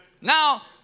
Now